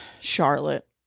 Charlotte